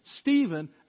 Stephen